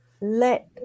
let